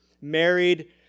married